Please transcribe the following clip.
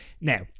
Now